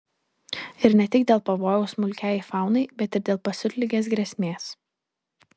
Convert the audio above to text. ir ne tik dėl pavojaus smulkiajai faunai bet ir dėl pasiutligės grėsmės